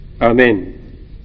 Amen